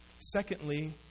Secondly